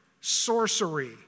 sorcery